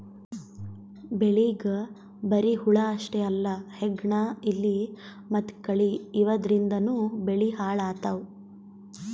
ಬೆಳಿಗ್ ಬರಿ ಹುಳ ಅಷ್ಟೇ ಅಲ್ಲ ಹೆಗ್ಗಣ, ಇಲಿ ಮತ್ತ್ ಕಳಿ ಇವದ್ರಿಂದನೂ ಬೆಳಿ ಹಾಳ್ ಆತವ್